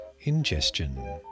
ingestion